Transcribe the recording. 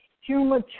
human